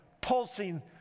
pulsing